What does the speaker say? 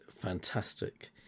fantastic